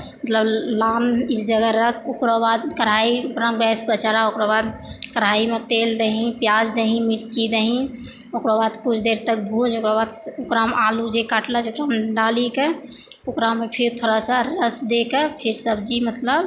मतलब लान इस जगह रख ओकरा बाद कढ़ाइ ओकरा गैसपर चढ़ा ओकरा बाद कढ़ाइमे तेल दही प्याज दही मिरची दही ओकरा बाद किछु देर तक भुज ओकरा बाद ओकरामे आलू जे काटलऽ छै ओकरामे डालिके ओकरामे फेर थोड़ा सा रस दैकऽ फेर सब्जी मतलब